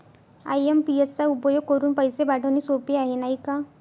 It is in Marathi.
आइ.एम.पी.एस चा उपयोग करुन पैसे पाठवणे सोपे आहे, नाही का